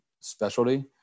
specialty